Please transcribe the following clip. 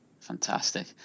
fantastic